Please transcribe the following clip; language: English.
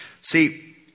See